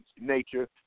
nature